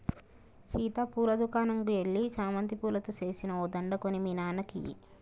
సీత పూల దుకనంకు ఎల్లి చామంతి పూలతో సేసిన ఓ దండ కొని మీ నాన్నకి ఇయ్యి